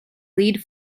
lead